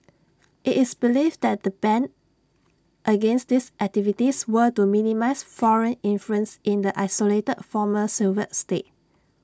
IT is believed the ban against these activities were to minimise foreign influence in the isolated former Soviet state